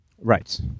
Right